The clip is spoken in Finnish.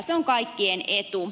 se on kaikkien etu